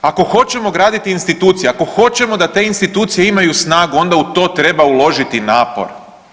Ako hoćemo graditi institucije, ako hoćemo da te institucije imaju snagu onda u to treba uložiti napor.